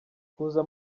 kuza